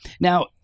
Now